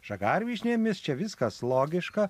žagarvyšnėmis čia viskas logiška